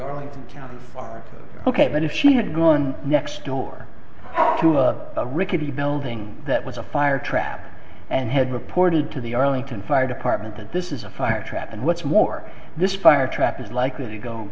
arlington county are ok but if she had gone next door to a rickety building that was a fire trap and had reported to the arlington fire department that this is a fire trap and what's more this fire trap is likely to go